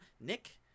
Nick